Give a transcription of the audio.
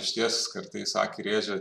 išties kartais akį rėžia